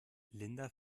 linda